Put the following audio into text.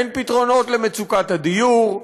אין פתרונות למצוקת הדיור,